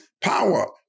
Power